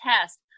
test